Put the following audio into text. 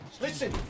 Listen